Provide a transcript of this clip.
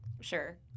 Sure